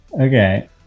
Okay